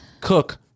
cook